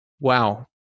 Wow